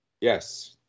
yes